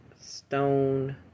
stone